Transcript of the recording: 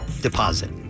deposit